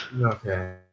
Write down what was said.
Okay